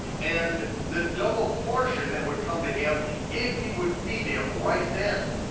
and the double portion that would come to him if he would feed him right then.